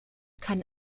kann